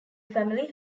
family